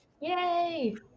yay